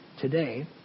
today